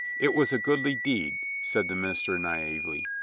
it was a godly deed, said the minister naively.